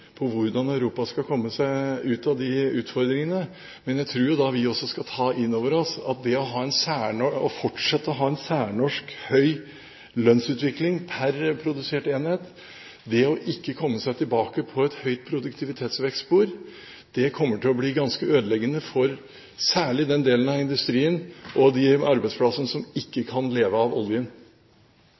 på hvordan Europa skal komme seg ut av disse utfordringene, men jeg tror vi skal ta inn over oss at det å fortsette å ha en særnorsk, høy lønnsutvikling per produsert enhet, det å ikke komme tilbake på et spor med høy produktivitetsvekst, kommer til å bli ganske ødeleggende for særlig den delen av industrien og de arbeidsplassene som ikke kan leve av oljen.